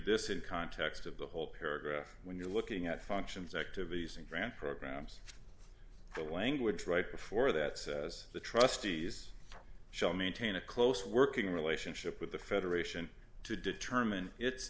this in context of the whole paragraph when you're looking at functions activities and grant programs the language right before that says the trustees shall maintain a close working relationship with the federation to determine it